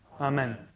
Amen